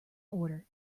order